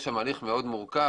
יש שם הליך מאוד מורכב.